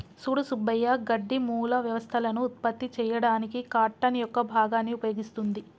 సూడు సుబ్బయ్య గడ్డి మూల వ్యవస్థలను ఉత్పత్తి చేయడానికి కార్టన్ యొక్క భాగాన్ని ఉపయోగిస్తుంది